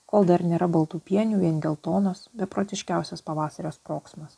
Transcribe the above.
kol dar nėra baltų pienių vien geltonos beprotiškiausias pavasario sprogsmas